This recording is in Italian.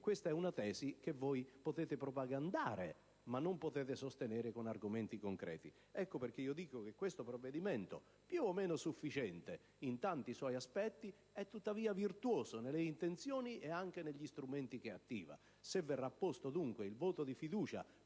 crisi, è una tesi che voi potete propagandare, ma non sostenere con argomenti concreti. Ecco perché dico che questo provvedimento, più o meno sufficiente in tanti suoi aspetti, è tuttavia virtuoso nelle intenzioni e negli strumenti che attiva. Se verrà posto, dunque, il voto di fiducia